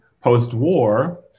post-war